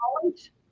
college